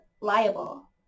liable